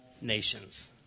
nations